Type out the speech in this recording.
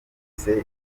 afise